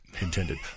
intended